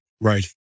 Right